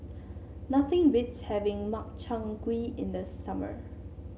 nothing beats having Makchang Gui in the summer